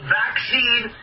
vaccine